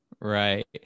Right